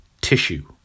tissue